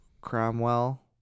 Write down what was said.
cromwell